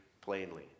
plainly